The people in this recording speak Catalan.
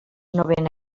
novena